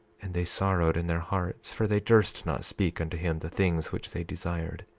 and they sorrowed in their hearts, for they durst not speak unto him the things which they desired.